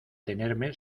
tenerme